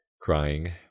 crying